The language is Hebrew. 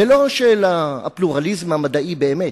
ולא של הפלורליזם המדעי באמת.